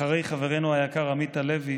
אחרי חברנו היקר עמית הלוי,